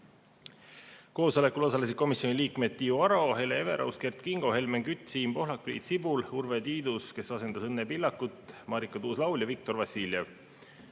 Koosolekul osalesid komisjoni liikmed Tiiu Aro, Hele Everaus, Kert Kingo, Helmen Kütt, Siim Pohlak, Priit Sibul, Urve Tiidus, kes asendas Õnne Pillakut, Marika Tuus‑Laul ja Viktor Vassiljev.